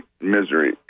misery